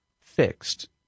fixed